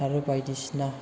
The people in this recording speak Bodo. आरो बायदिसिना